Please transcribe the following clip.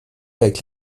avec